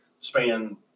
span